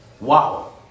Wow